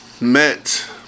met